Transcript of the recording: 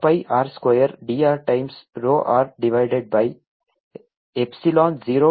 4 pi r square dr times rho r divided by epsilon 0